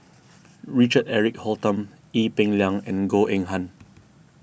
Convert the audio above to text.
Richard Eric Holttum Ee Peng Liang and Goh Eng Han